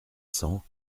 cents